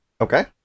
Okay